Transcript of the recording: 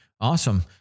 Awesome